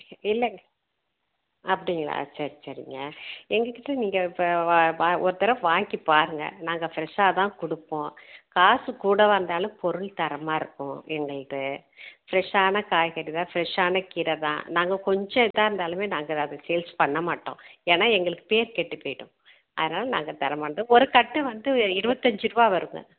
இல்லைங்க அப்படிங்களா சரி சரிங்க எங்கள் கிட்டே நீங்கள் இப்போ ஒரு தரம் வாங்கிப் பாருங்கள் நாங்கள் ஃப்ரஷ்ஷாக தான் கொடுப்போம் காசு கூடவாக இருந்தாலும் பொருள் தரமாக இருக்கும் எங்களது ஃப்ரஷ்ஷான காய்கறி தான் ஃப்ரஷ்ஷான கீரை தான் நாங்கள் கொஞ்சம் இதாக இருந்தாலுமே நாங்கள் அதை சேல்ஸ் பண்ண மாட்டோம் ஏன்னால் எங்களுக்கு பேர் கெட்டுப் போய்விடும் அதனால் நாங்கள் தர மாட்டோம் ஒரு கட்டு வந்து இருவத்தஞ்சு ரூபா வருங்க